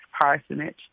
parsonage